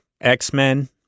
X-Men